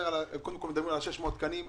קודם כול מדובר על 600 תקנים,